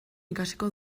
ikasiko